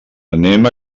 anem